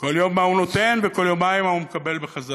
כל יום מה הוא נותן וכל יומיים מה הוא מקבל בחזרה.